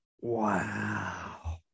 Wow